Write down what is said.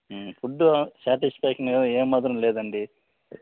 food శాటిస్ఫ్యాక్షన్గా ఏమాత్రం లేదండి